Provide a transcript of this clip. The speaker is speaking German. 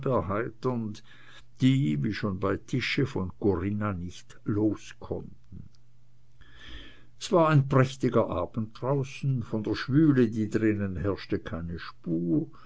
erheiternd die wie schon bei tische von corinna nicht los konnten es war ein prächtiger abend draußen von der schwüle die drinnen herrschte keine spur